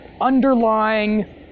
underlying